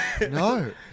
no